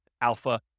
alpha